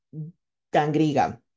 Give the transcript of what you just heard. D'Angriga